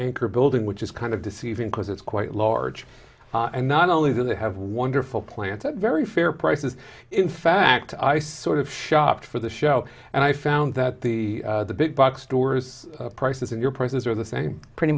anchor building which is kind of deceiving because it's quite large and not only do they have wonderful planted very fair prices in fact i sort of shopped for the show and i found that the the big box stores prices in your prices are the same pretty